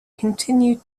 continued